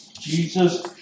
Jesus